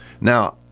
Now